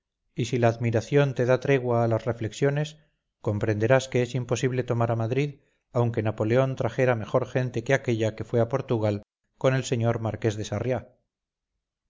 y si la admiración te da tregua a las reflexiones comprenderás que es imposible tomar a madrid aunque napoleón trajera mejor gente que aquella que fue a portugal con el sr marqués